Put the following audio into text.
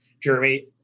Jeremy